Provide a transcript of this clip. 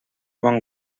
bon